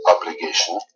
obligation